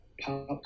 pop